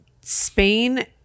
Spain